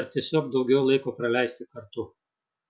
ar tiesiog daugiau laiko praleisti kartu